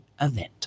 event